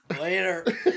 Later